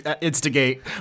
instigate